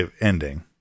ending